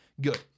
Good